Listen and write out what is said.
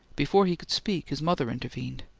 before he could speak his mother intervened.